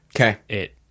Okay